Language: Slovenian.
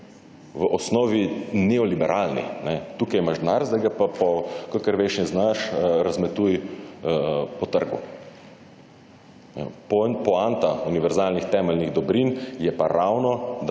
v osnovi neoliberalni, tukaj imaš denar, zdaj ga pa kakor veš in znaš razmetuj po trgu. Poanta univerzalnih temeljnih dobrin je pa ravno, da